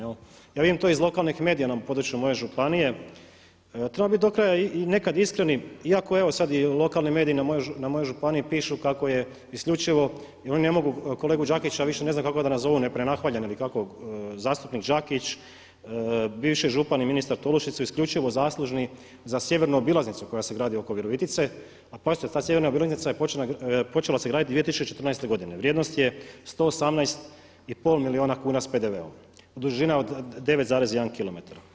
Ja vidim to iz lokalnih medija na području moje županije i treba biti do kraja i nekad iskreni iako evo sada lokalni mediji na mojoj županiji pišu kako je isključivo i oni ne mogu kolegu Đakića više ne znam kako da ga nazovu … ili kako zastupnik Đakić bivši župan i ministar Tolušić su isključivo zaslužni za sjevernu obilaznicu koja se gradi oko Virovitice, a pazite, ta sjeverna Virovitica je počela se graditi 2014. godine, vrijednost je 118,5 milijuna kuna s PDV-om, dužine od 9,1km.